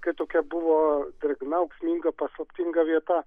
kai tokia buvo drėgna ūksminga paslaptinga vieta